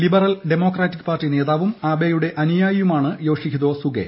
liberal democratic party നേതാവും ആബെയുടെ അനുയായിയുമാണ് യോഷീഹിതേ സുഗെ